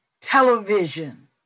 television